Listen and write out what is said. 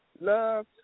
Love